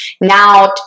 now